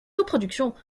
coproduction